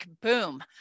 boom